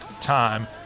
time